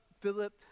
Philip